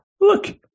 look